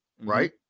right